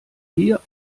hier